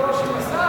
חבר הכנסת עמיר פרץ,